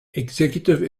executive